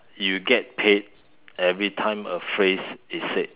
you get paid every time a phrase is said